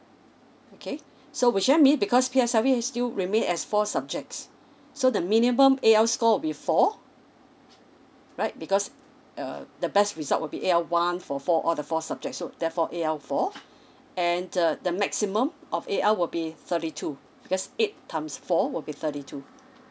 okay so which I mean because P_S_L_E is still remain as four subjects so the minimum A_L score would be four right because uh the best result will be A_L one for four all the four subjects so therefore A_L four and the the maximum of A_L will be thirty two because eight times four will be thirty two